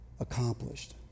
accomplished